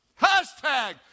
Hashtag